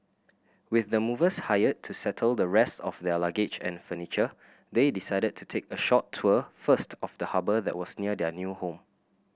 with the movers hired to settle the rest of their luggage and furniture they decided to take a short tour first of the harbour that was near their new home